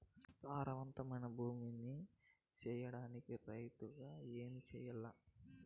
సారవంతమైన భూమి నీ సేయడానికి రైతుగా ఏమి చెయల్ల?